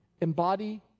Embody